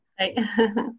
Hi